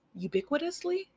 Ubiquitously